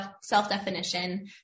self-definition